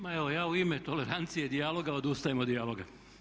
Ma evo, ja u ime tolerancije i dijaloga odustajem od dijaloga.